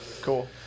Cool